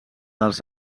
dels